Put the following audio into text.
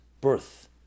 birth